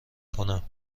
کنم